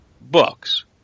books